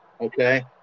Okay